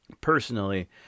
personally